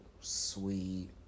sweet